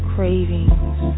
Cravings